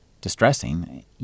distressing